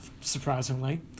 surprisingly